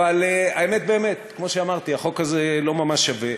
אבל האמת באמת, כמו שאמרתי, החוק הזה לא ממש שווה.